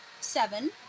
Seven